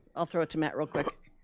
i'll throw it to matt real quick.